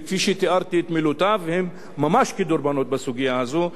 וכפי שתיארתי את מילותיו הן ממש כדרבונות בסוגיה הזאת.